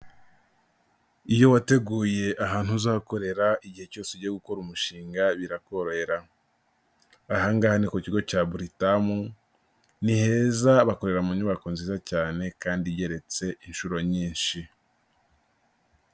Iyo wateguye ahantu uzakorera, igihe cyose ugiye gukora umushinga birakorohera. Aha ngaha ni ku kigo cya Britam, ni heza, bakorera mu nyubako nziza cyane kandi igereretse inshuro nyinshi.